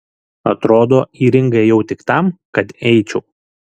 atrodo į ringą ėjau tik tam kad eičiau